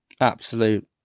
absolute